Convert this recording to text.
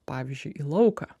pavyzdžiui į lauką